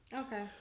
okay